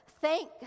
thank